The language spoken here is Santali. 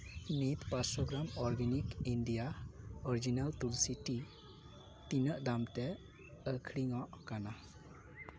ᱱᱤᱛ ᱯᱟᱸᱥᱥᱚ gram organic India original Tulsi tea ᱛᱤᱱᱟᱹᱜ ᱫᱟᱢ ᱛᱮ ᱟᱹᱠᱷᱨᱤᱧᱚᱜ ᱠᱟᱱᱟ